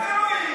וזה לא יהיה.